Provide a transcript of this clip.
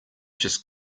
just